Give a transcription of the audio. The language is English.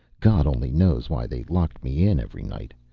god only knows why they locked me in every night.